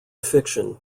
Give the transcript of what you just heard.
fiction